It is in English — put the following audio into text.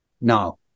Now